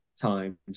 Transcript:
times